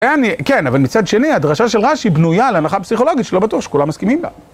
כן, אבל מצד שני, הדרשה של רש"י בנויה על הנחה פסיכולוגית שלא בטוח שכולם מסכימים לה.